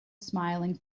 smiling